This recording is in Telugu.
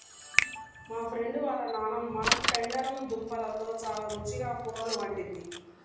మా ఫ్రెండు వాళ్ళ నాన్నమ్మ పెండలం దుంపలతో చాలా రుచిగా కూరలు వండిద్ది